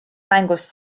mängus